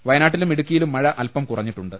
വയനാട്ടിലും ഇടുക്കിയിലും മഴ അല്പം കുറഞ്ഞിട്ടുണ്ട്